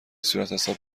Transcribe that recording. صورتحساب